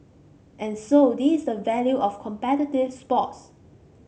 and so this is the value of competitive sports